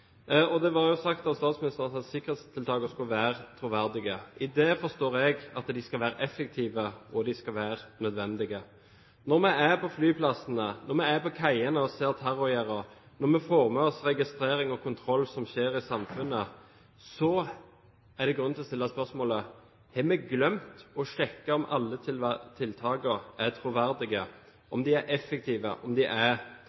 sagt at sikkerhetstiltakene skulle være troverdige. I det forstår jeg at de skal være effektive, og de skal være nødvendige. Når vi er på flyplassene, når vi er på kaiene og ser terrorgjerder, når vi får med oss den registrering og kontroll som skjer i samfunnet, er det grunn til å stille spørsmålet: Har vi glemt å sjekke om alle tiltakene er troverdige, om de er